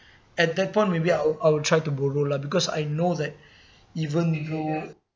at that point maybe I'll I'll try to borrow lah because I know that even though